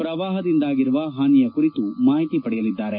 ಪ್ರವಾಪದಿಂದಾಗಿರುವ ಪಾನಿಯ ಕುರಿತು ಮಾಹಿತಿ ಪಡೆಯಲಿದ್ದಾರೆ